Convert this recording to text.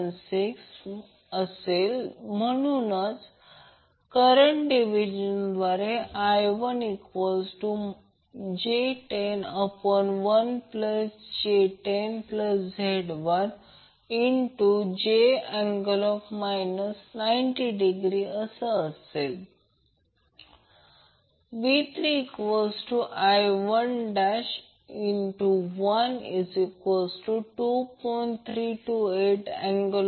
6 म्हणून करंट डिवीज़नद्वारे I1j101j10Z12∠ 90 V3I112